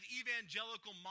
evangelical